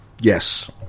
Yes